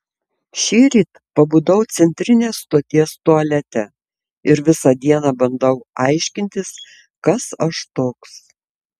šįryt pabudau centrinės stoties tualete ir visą dieną bandau aiškintis kas aš toks